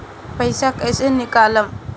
पैसा कैसे निकालम?